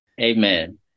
Amen